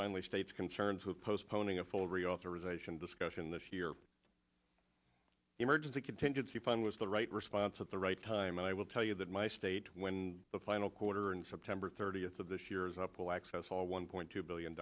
finally states concerns with postponing a full reauthorization discussion this year emergency contingency plan was the right response at the right time and i will tell you that my state when the final quarter and september thirtieth of this year is up will access all one point two billion